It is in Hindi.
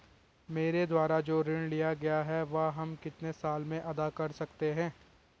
मेरे द्वारा जो ऋण लिया गया है वह हम कितने साल में अदा कर सकते हैं?